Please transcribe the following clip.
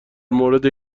مورد